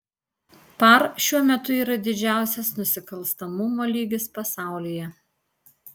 par šiuo metu yra didžiausias nusikalstamumo lygis pasaulyje